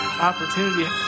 opportunity